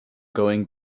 going